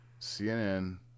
CNN